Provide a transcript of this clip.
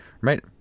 right